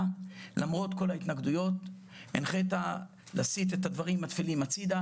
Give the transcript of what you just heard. למרות כל ההתנגדויות הנחית להסית את הדברים התפלים הצידה,